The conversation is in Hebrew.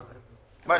גיא,